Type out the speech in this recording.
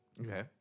Okay